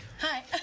Hi